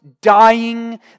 Dying